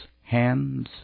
hands